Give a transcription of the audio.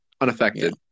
unaffected